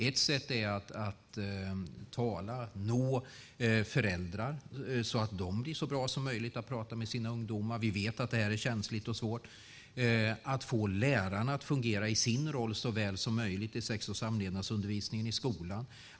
Ett sätt är att nå föräldrar så att de blir så bra som möjligt på att prata med sina ungdomar. Vi vet att det här är känsligt och svårt. Ett annat sätt är att få lärarna att fungera så väl som möjligt i sin roll i sex och samlevnadsundervisningen i skolan.